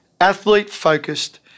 athlete-focused